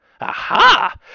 Aha